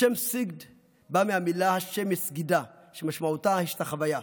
השם סגד בא מהמילה "סגידה", שמשמעותה השתחוויה,